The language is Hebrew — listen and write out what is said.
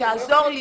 שתעזור לי